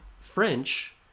French